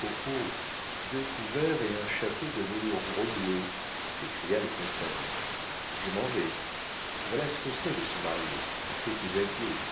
oh oh deux couverts et un chapeau de velours gros bleu s'écria le compère je m'en vais voilà ce que c'est de se marier on fait ses adieux